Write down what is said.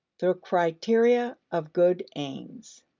the criteria of good aims.